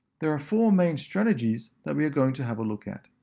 there are four main strategies that we are going to have a look at.